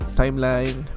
timeline